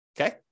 Okay